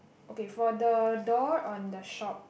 okay for the door on the shop